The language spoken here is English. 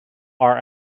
are